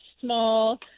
small